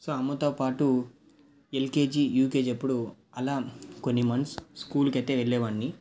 so అమ్మతో పాటు LKG UKG అప్పుడు అలా కొన్ని మంత్స్ స్కూల్కి అయితే వెళ్ళేవాడిని